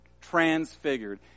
transfigured